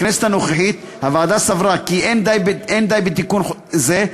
בכנסת הנוכחית הוועדה סברה כי לא די בתיקון זה,